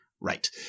Right